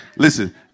Listen